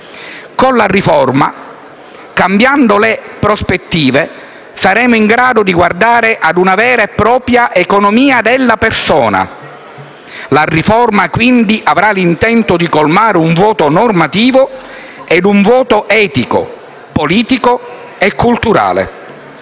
Con la riforma, cambiando le prospettive, saremo in grado di guardare a una vera e propria economia della persona. La riforma, quindi, avrà l'intento di colmare un vuoto normativo e un vuoto etico, politico e culturale.